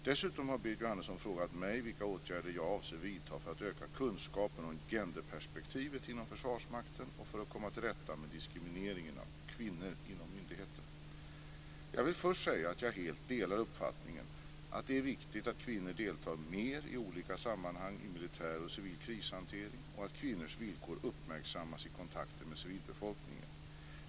Dessutom har Berit Jóhannesson frågat mig vilka åtgärder jag avser vidta för att öka kunskapen om genderperspektivet inom Försvarsmakten och för att komma till rätta med diskrimineringen av kvinnor inom myndigheten. Jag vill först säga att jag helt delar uppfattningen att det är viktigt att kvinnor deltar mer i olika sammanhang i militär och civil krishantering och att kvinnors villkor uppmärksammas i kontakter med civilbefolkningen.